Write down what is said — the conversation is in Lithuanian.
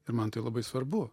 ir man tai labai svarbu